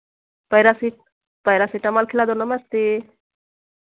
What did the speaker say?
पैरासी paracetamol खिला दो नमस्ते